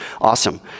Awesome